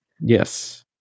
Yes